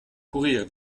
courir